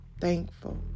thankful